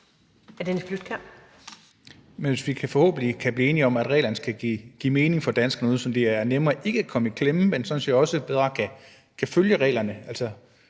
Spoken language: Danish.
Dennis Flydtkjær (DF): Men hvis vi forhåbentlig kan blive enige om, at reglerne skal give mening for danskerne, så det er nemmere ikke at komme i klemme, men man sådan set også bedre kan følge dem,